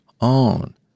own